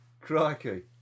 Crikey